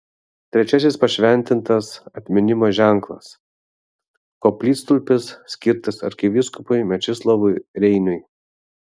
trečiasis pašventintas atminimo ženklas koplytstulpis skirtas arkivyskupui mečislovui reiniui